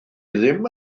ddim